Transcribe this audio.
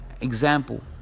example